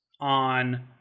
on